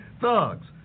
thugs